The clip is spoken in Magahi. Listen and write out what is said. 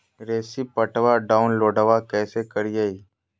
रेसिप्टबा डाउनलोडबा कैसे करिए?